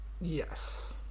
Yes